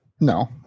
No